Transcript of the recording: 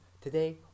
today